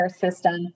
system